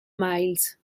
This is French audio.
milles